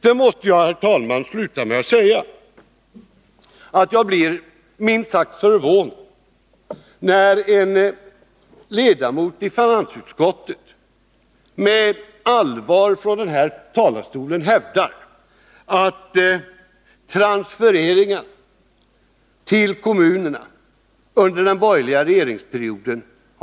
Jag vill, herr talman, sluta mitt anförande med att säga att jag blir minst sagt förvånad när en ledamot av finansutskottet, Rolf Rämgård, från denna talarstol med allvar hävdar att transfereringarna till kommunerna har ökat under den borgerliga regeringsperioden.